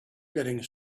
getting